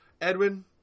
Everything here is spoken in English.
Edwin